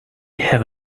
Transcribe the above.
have